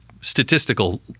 statistical